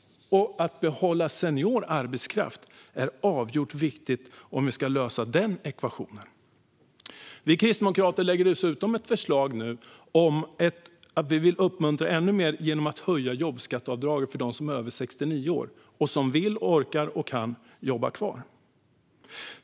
Att behålla senior arbetskraft är avgörande för att lösa den ekvationen. Vi kristdemokrater lägger dessutom fram ett förslag som ska uppmuntra ännu mer genom att höja jobbskatteavdraget för dem som är över 69 år och som vill, orkar och kan jobba kvar.